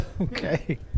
Okay